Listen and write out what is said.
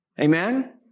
Amen